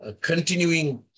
continuing